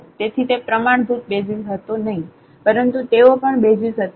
તેથી તે પ્રમાણભૂત બેસિઝ હતો નહિ પરંતુ તેઓ પણ બેસિઝ હતા